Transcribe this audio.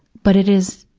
but it is,